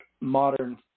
modern